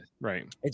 Right